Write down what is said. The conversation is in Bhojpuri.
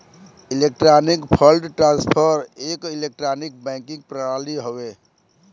इलेक्ट्रॉनिक फण्ड ट्रांसफर एक इलेक्ट्रॉनिक बैंकिंग प्रणाली हौ